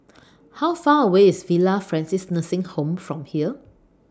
How Far away IS Villa Francis Nursing Home from here